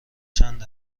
چند